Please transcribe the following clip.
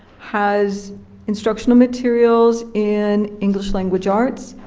has instructional materials in english language arts,